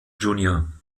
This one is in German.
jun